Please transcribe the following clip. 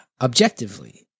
objectively